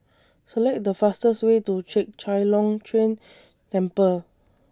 Select The fastest Way to Chek Chai Long Chuen Temple